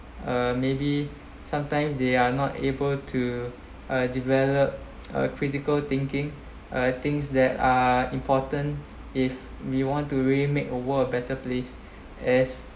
uh maybe sometimes they are not able to uh develop a critical thinking uh things that are important if we want to really make a world a better place as